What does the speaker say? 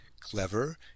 clever